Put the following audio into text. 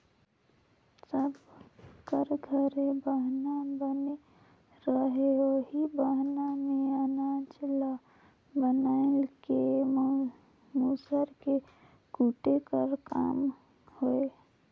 सब कर घरे बहना बनले रहें ओही बहना मे अनाज ल नाए के मूसर मे कूटे कर काम होए